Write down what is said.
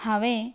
हांवें